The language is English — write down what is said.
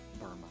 Burma